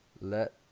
Let